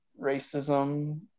racism